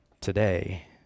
today